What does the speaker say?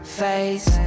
face